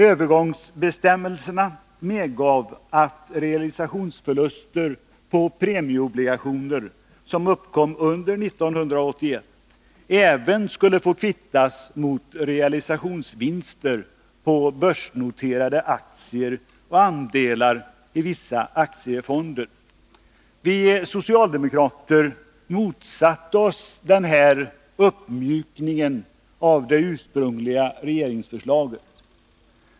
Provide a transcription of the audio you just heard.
Övergångsbestämmelserna medgav att realisationsförluster på premieobligationer som uppkom under 1981 även skulle få kvittas mot realisationsvinster på börsnoterade aktier och andelar i vissa aktiefonder. Vi socialdemokrater motsatte oss denna uppmjukning av det ursprungliga regeringsförslaget.